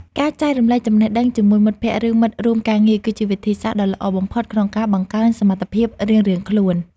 ការចែករំលែកចំណេះដឹងជាមួយមិត្តភក្តិ ឬមិត្តរួមការងារ គឺជាវិធីសាស្ត្រដ៏ល្អបំផុតក្នុងការបង្កើនសមត្ថភាពរៀងៗខ្លួន។